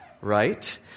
right